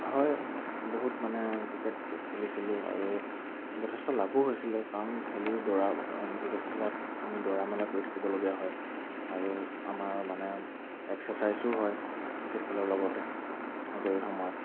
হয় বহুত মানে ক্ৰিকেট খেলিছিলোঁ আৰু যথেষ্ট লাভো হৈছিলে কাৰণ খেলি দৰা ক্ৰিকেট খেলাত আমি দৰা মেলা পৰি থাকিবলগীয়া হয় আৰু আমাৰ মানে এক্সেৰ্চাইজো হয় ক্ৰিকেট খেলৰ লগতে আজৰি সময়ত